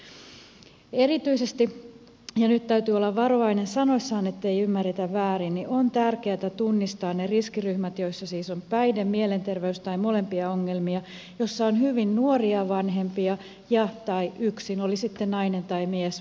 erityisesti ja nyt täytyy olla varovainen sanoissaan ettei ymmärretä väärin on tärkeätä tunnistaa ne riskiryhmät joissa siis on päihde mielenterveys tai molempia ongelmia joissa on hyvin nuoria vanhempia tai yksin vanhemmuuttaan nuorena vastuuta kantava oli sitten nainen tai mies